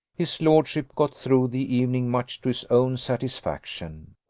his lordship got through the evening much to his own satisfaction.